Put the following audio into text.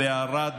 בערד,